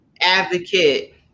advocate